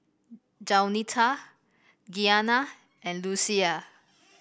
Jaunita Gianna and Lucia